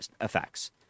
effects